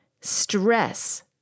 stress